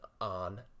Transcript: on